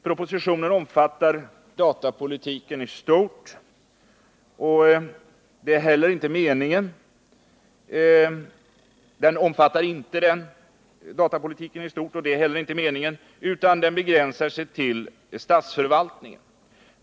Propositionen omfattar inte datapolitiken i stort — och det är heller inte meningen — utan begränsar sig till statsförvaltningen.